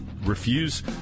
refuse